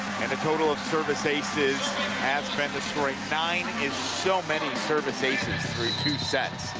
and a total of service aces has been the strength. nine is so many service aces through two sets.